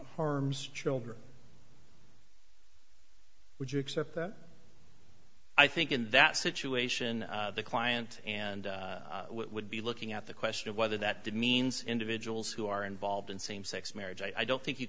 harms children would you accept that i think in that situation the client and it would be looking at the question of whether that demeans individuals who are involved in same sex marriage i don't think you